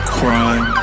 crime